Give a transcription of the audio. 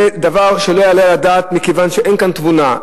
זה דבר שלא יעלה על הדעת, כי אין כאן תבונה.